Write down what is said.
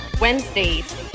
Wednesdays